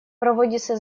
проводится